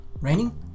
raining